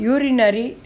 Urinary